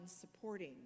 supporting